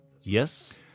Yes